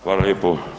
Hvala lijepo.